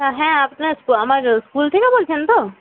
হ্যাঁ আপনার আমার স্কুল থেকে বলছেন তো